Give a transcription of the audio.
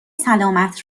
سلامت